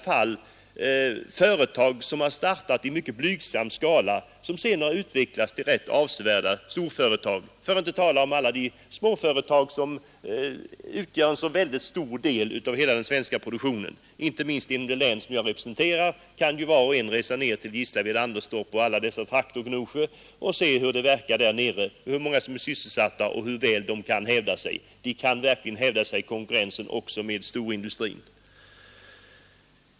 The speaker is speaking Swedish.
Företag som har startat i mycket blygsam skala har i väldigt många fall utvecklats till rätt avsevärda storföretag — för att inte tala om andra småföretag, som står för en mycket stor del av den svenska produktionen. Inte minst inom det län jag representerar finns många småföretag; var och en kan resa ned till Gislaved, Anderstorp, Gnosjö osv. och se hur det är i småföretagen där nere, hur många som är sysselsatta där och hur väl de företagen kan hävda sig i konkurrens också med storindustrin.